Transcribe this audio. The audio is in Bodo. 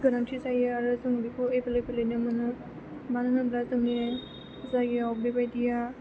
गोनांथि जायो आरो जों बेखौ एभेलैबोलैनो मोनो मानो होनोब्ला जोंनि जायगायाव बेबायदिया